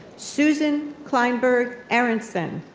susan kleinberg aaronson.